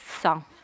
song